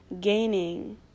gaining